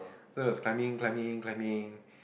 so it was climbing climbing climbing